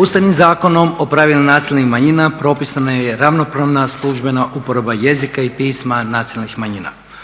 Ustavnim Zakonom o pravima nacionalnih manjina propisana je ravnopravna službena uporaba jezika i pisma nacionalnih manjina.